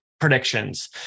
Predictions